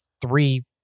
three